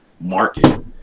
market